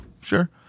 Sure